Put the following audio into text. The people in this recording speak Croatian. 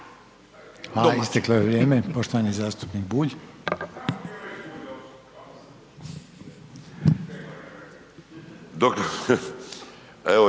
Hvala, isteklo je vrijeme. Poštovani zastupnik Bulj. **Bulj,